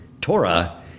Torah